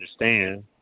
understand